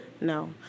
No